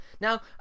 Now